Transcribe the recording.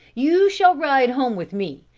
you shall ride home with me,